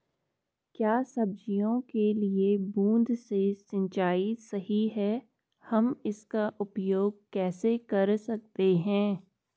क्या सब्जियों के लिए बूँद से सिंचाई सही है हम इसका उपयोग कैसे कर सकते हैं?